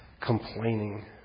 complaining